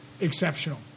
exceptional